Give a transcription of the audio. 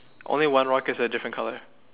only one rock is a different color